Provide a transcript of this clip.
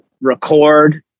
record